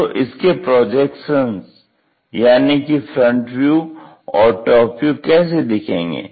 तो इसके प्रोजेक्शन्स यानी कि फ्रंट व्यू और टॉप व्यू कैसे दिखेंगे